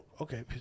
okay